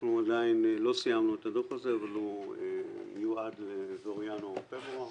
אנחנו עדיין לא סיימנו את הדוח הזה אבל הוא יועד לינואר או לפברואר.